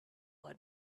had